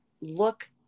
look